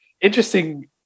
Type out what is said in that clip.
Interesting